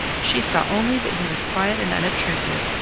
she saw only that he was quiet and unobtrusive,